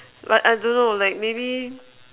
but I don't know like maybe